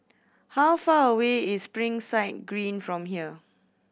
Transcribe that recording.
how far away is Springside Green from here